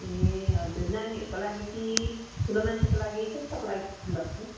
ए हजुर नानीहरूको लागि कि ठुलो मान्छेको लागि कस्तोको लागि खोज्नुभएको